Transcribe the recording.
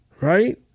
right